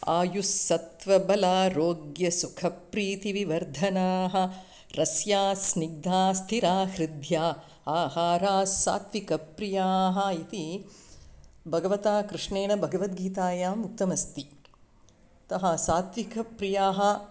आयु सत्त्वबलारोग्यसुखप्रीतिविवर्धना रस्या स्निग्धा स्थिरा हृद्या आहारा सात्त्विकप्रिया इति भगवता कृष्णेन भगवद्गीतायाम् उक्तमस्ति तः सात्विकप्रियाः